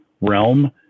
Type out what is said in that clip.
realm